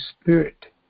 Spirit